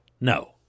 No